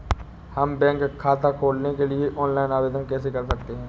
हम बैंक खाता खोलने के लिए ऑनलाइन आवेदन कैसे कर सकते हैं?